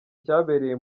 cyabereye